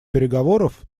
переговоров